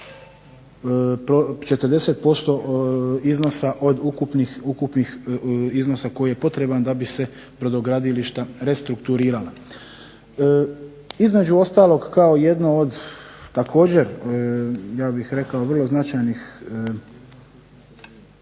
40% iznosa od ukupnih iznosa koji je potreban da bi se brodogradilišta restrukturirala. Između ostalog, kao jedno od također ja bih rekao vrlo značajnih